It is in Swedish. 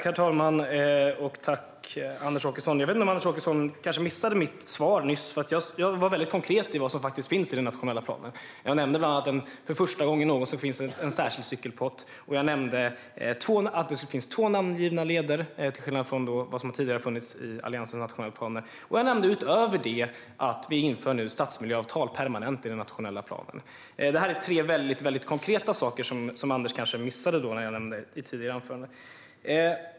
Herr talman! Jag vet inte om Anders Åkesson kanske missade mitt svar nyss. Jag var väldigt konkret med vad som finns i den nationella planen. Jag nämnde bland annat att det för första gången någonsin finns en särskild cykelpott. Jag nämnde också att det finns två namngivna leder till skillnad mot vad som tidigare har funnits i Alliansens nationella planer. Utöver det nämnde jag att vi inför stadsmiljöavtal permanent i den nationella planen. Detta är tre konkreta saker som Anders kanske missade när jag nämnde dem i ett tidigare anförande.